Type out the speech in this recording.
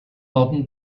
modern